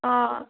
ಆಂ